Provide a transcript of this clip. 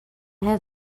have